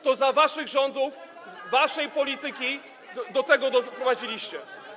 To za waszych rządów, waszą polityką, do tego doprowadziliście.